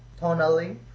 tonally